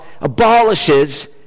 abolishes